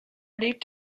lebt